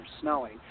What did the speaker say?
snowing